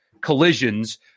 collisions